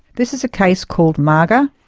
this is a case called maga.